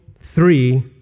three